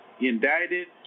indicted